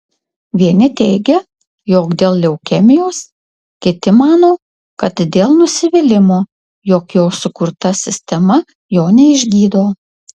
vieni teigia jog dėl leukemijos kiti mano kad dėl nusivylimo jog jo sukurta sistema jo neišgydo